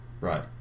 Right